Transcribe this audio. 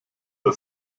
der